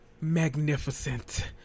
magnificent